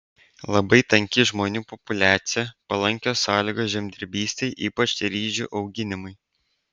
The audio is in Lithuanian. labai tanki žmonių populiacija palankios sąlygos žemdirbystei ypač ryžių auginimui